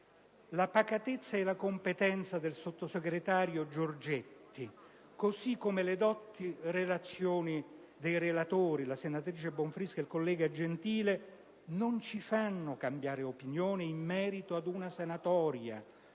La pacatezza e la competenza del sottosegretario Giorgetti così come le dotte relazioni dei relatori, la senatrice Bonfrisco e il collega Gentile, non ci fanno cambiare opinione in merito ad una sanatoria,